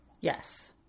Yes